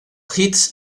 hits